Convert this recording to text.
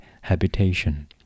habitation